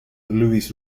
louis